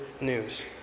news